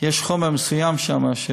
כי יש חומר מסוים שם.